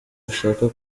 bashaka